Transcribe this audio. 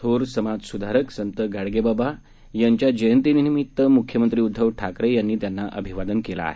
थोर समाज सुधारक संत गाडगेबाबा महाराज यांना जयती निमित्त मुख्यमंत्री उद्धव ठाकरे यांनी त्यांना अभिवादन केलं आहे